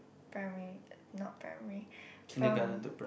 primary not primary from